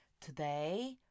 Today